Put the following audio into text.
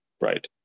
right